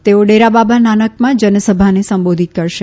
તેઓ ડેરા બાબા નાનકમાં જનસભાને સંબોધિત કરશે